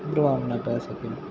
ਨਾ ਪੈ ਸਕੇ